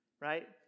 right